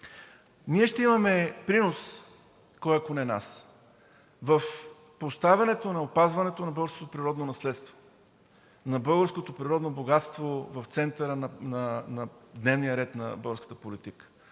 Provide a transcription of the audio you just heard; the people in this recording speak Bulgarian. Ние ще имаме принос – кой, ако не нас? – в поставянето на опазването на българското природно наследство, на българското природно богатство в центъра на дневния ред на българската политика,